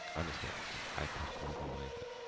honestly, i i personally don't like that.